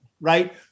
right